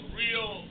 real